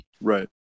Right